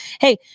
Hey